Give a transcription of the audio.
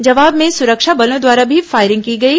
जवाब में सुरक्षा बलों द्वारा भी फायरिंग की गई